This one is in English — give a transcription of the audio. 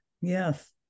yes